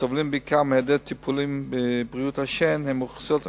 הסובלים מהיעדר טיפולים בבריאות השן הם בעיקר האוכלוסיות החלשות,